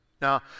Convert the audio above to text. Now